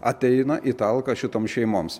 ateina į talką šitoms šeimoms